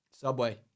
Subway